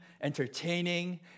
entertaining